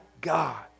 God